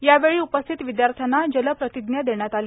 यावेळी उपस्थित विद्यार्थ्यांना जल प्रतिज्ञा देण्यात आली